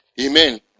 Amen